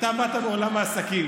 אתה באת מעולם העסקים.